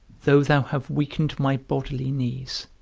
though thou have weakened my bodily knees,